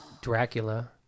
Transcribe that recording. Dracula